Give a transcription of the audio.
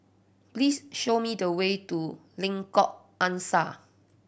please show me the way to Lengkok Angsa